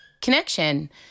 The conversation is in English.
connection